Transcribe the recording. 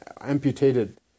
amputated